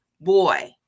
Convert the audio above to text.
boy